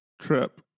trip